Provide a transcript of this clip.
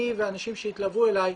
אני והאנשים שהתלוו אליי,